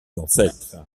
ancêtres